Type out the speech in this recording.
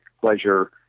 pleasure